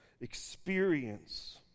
Experience